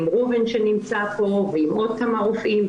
עם ראובן שנמצא פה ועם עוד כמה רופאים,